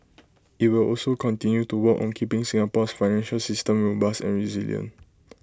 IT will also continue to work on keeping Singapore's financial system robust and resilient